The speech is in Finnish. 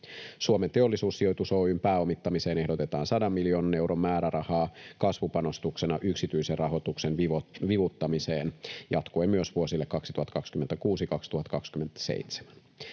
Suomen Teollisuussijoitus Oy:n pääomittamiseen ehdotetaan 100:n miljoonan euron määrärahaa kasvupanostuksena yksityisen rahoituksen vivuttamiseen jatkuen myös vuosille 2026—2027.